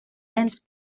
ens